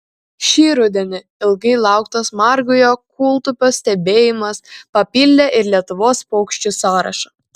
šį rudenį ilgai lauktas margojo kūltupio stebėjimas papildė ir lietuvos paukščių sąrašą